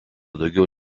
daugiau